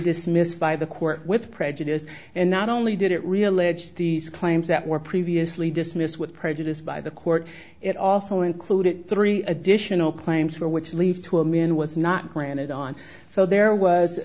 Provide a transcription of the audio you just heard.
dismissed by the court with prejudice and not only did it religious these claims that were previously dismissed with prejudice by the court it also included three additional claims for which leads to a man was not granted on so there was